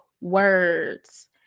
words